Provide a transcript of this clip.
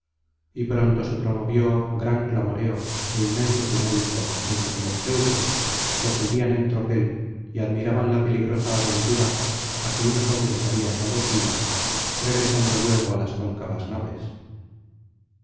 y pronto se promovió gran clamoreo é inmenso tumulto entre los teucros que acudían en tropel y admiraban la peligrosa aventura á que unos hombres habían dado cima regresando luego á las cóncavas naves